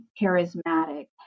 charismatic